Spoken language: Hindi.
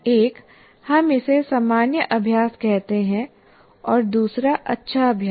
एक हम इसे सामान्य अभ्यास कहते हैं और दूसरा अच्छा अभ्यास